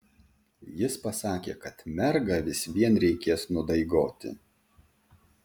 jis pasakė kad mergą vis vien reikės nudaigoti